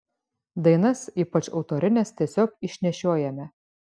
dainas ypač autorines tiesiog išnešiojame